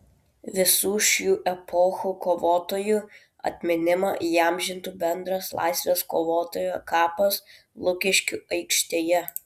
visų šių epochų kovotojų atminimą įamžintų bendras laisvės kovotojo kapas lukiškių aikštėje